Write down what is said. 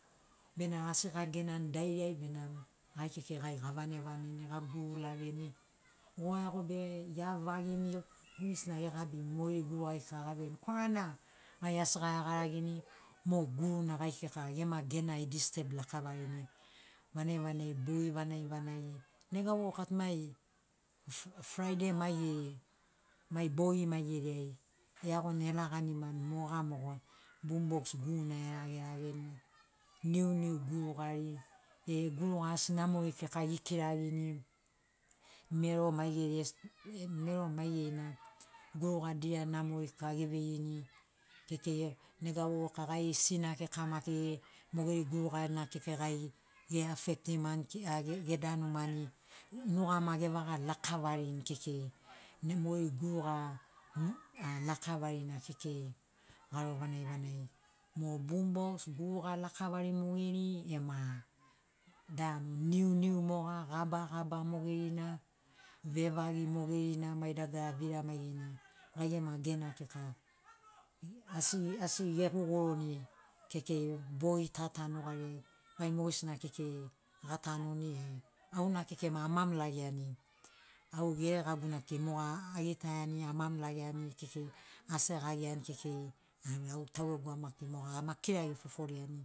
Bena asi gagenai dairiai benamo gai kekei gai gavanevaneni gagurulageni goeago be geavagimi polis na gegabimi mogeri gurugari kika gaveini korana gai asi aeagaragini mo guruna gai kika gema gena edisteb lakavarini vanagi vanagi bogi vanagi vanagi nega vovoka tu mai fraidei maigeri mai bogi maigeri ai eagoni elaganimani moga mogo bumbox guruna eragerageni niuniu gurugari e guruga asi namori kika ekirarini mero maigeri mero maigerina guruga dia namori kika eveirini kekei nega vovoka gai sina kika maki mogeri gurugana kika gai e afectimani gedanumani nugama evagalakavarini kekei mogeri guruga lakavarina kekei garo vanagi vanagi mo bumbox guruga lakavari mogeri ema danu niuniu moga gaba gaba mogeri na vevagi mogeri na mai dagara vira maigerina gai gema gena kika asi asi eguguruni kekei bogi ta ta nugariai gai mogesina kekei gatanuni e auna kekei maki amamilagiani au geregaguna kekei moga agitaiani amamilagiani kekei asagagiani kekei au taugegu maki moga ama kirari foforiani